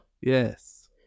Yes